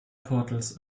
portals